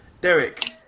Derek